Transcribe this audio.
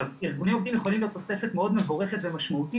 ארגוני עובדים יכולים להיות תוספת מאוד מבורכת ומשמעותית,